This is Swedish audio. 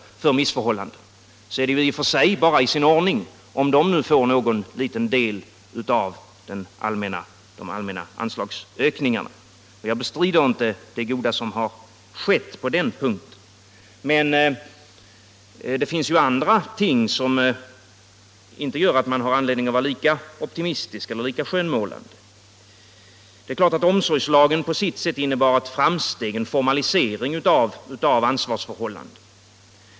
Därför är det i och för sig bara i sin ordning att denna kategori nu får någon liten del Men det finns andra ting som gör att man inte har anledning att vara lika optimistisk eller skönmålande. Omsorgslagen innebar naturligtvis på sitt sätt ett framsteg, en formalisering av ansvarsförhållandena.